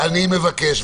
אני מבקש,